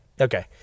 Okay